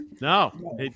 No